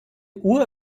uhr